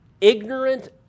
ignorant